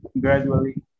gradually